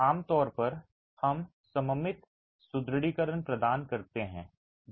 आमतौर पर हम सममित सुदृढीकरण प्रदान करते हैं